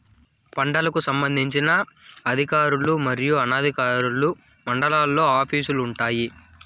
పంటలకు సంబంధించిన అధికారులు మరియు అనధికారులు మండలాల్లో ఆఫీస్ లు వుంటాయి?